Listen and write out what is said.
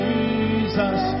Jesus